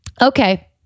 Okay